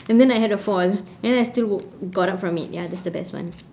and then I had a fall and then I still got up from it ya that's the best one